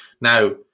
Now